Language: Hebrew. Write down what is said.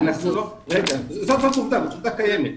זאת עובדה קיימת.